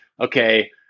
okay